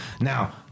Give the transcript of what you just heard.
Now